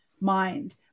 mind